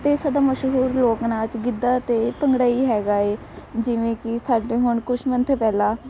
ਅਤੇ ਸਾਡਾ ਮਸ਼ਹੂਰ ਲੋਕ ਨਾਚ ਗਿੱਧਾ ਅਤੇ ਭੰਗੜਾ ਹੀ ਹੈਗਾ ਏ ਜਿਵੇਂ ਕਿ ਸਾਡੇ ਹੁਣ ਕੁਝ ਮੰਥ ਪਹਿਲਾਂ